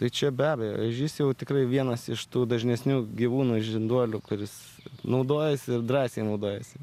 tai čia be abejo ežys jau tikrai vienas iš tų dažnesnių gyvūnų žinduolių kuris naudojasi ir drąsiai naudojasi